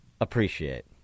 appreciate